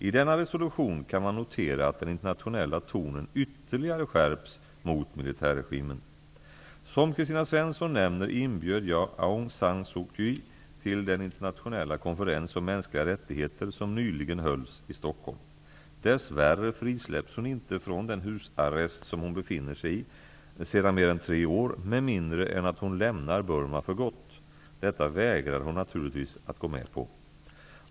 I denna resolution kan man notera att den internationella tonen ytterligare skärps mot militärregimen. Såsom Kristina Svensson nämner inbjöd jag Aung San Suu Kyi till den internationella konferens om mänskliga rättigheter som nyligen hölls i Stockholm. Dess värre frisläpps hon inte från den husarrest som hon befinner sig i sedan mer än tre år med mindre än att hon lämnar Burma för gott. Detta vägrar hon naturligtvis att gå med på.